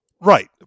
Right